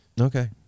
Okay